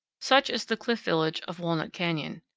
such is the cliff village of walnut canyon.